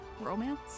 romance